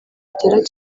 atera